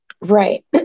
Right